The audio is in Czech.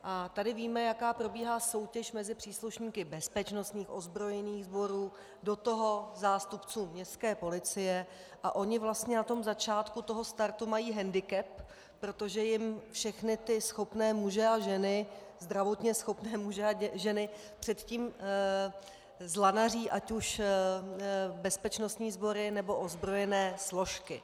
A tady víme, jaká probíhá soutěž mezi příslušníky bezpečnostních ozbrojených sborů, do toho zástupců městské policie, a oni vlastně na začátku toho startu mají hendikep, protože jim všechny ty schopné muže a ženy, zdravotně schopné muže a ženy, předtím zlanaří ať už bezpečnostní sbory, nebo ozbrojené složky.